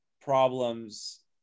problems